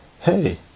Hey